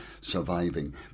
surviving